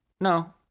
no